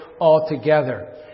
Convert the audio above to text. altogether